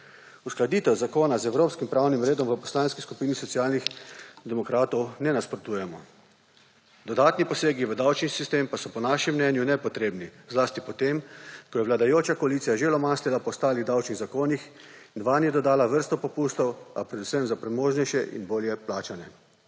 Uskladitvi zakona z evropskim pravnim redom v Poslanski skupini Socialnih demokratov ne nasprotujemo. Dodatni posegi v davčni sistem pa so po našem mnenju nepotrebni, zlasti po tem, ko je vladajoča koalicija že lomastila po ostalih davčnih zakonih in vanje dodala vrsto popustov, a predvsem za premožnejše in bolje plačane.